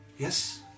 Yes